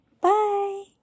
bye